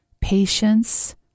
patience